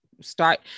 start